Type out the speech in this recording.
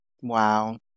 wow